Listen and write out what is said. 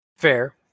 Fair